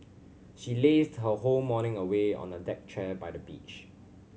she lazed her whole morning away on a deck chair by the beach